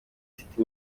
city